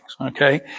Okay